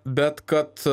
bet kad